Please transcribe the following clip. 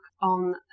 on